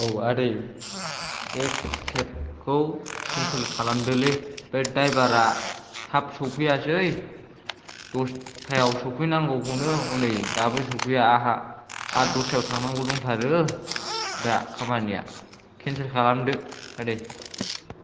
औ आदै बे केबखौ केन्सेल खालामदो बे ड्राइभारआ थाब सफैयासै दस्थायाव सफैनांगौखौनो हनै दाबो सफैयाखै आंहा दसरायाव थांनांगौ दङ दा खामानिया केन्सेल खालामदो आदै